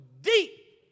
deep